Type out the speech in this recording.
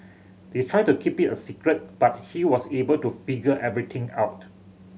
they tried to keep it a secret but he was able to figure everything out